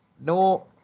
no